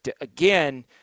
again